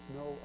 no